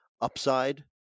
upside